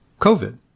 COVID